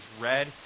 red